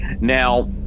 Now